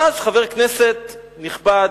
ואז חבר כנסת נכבד,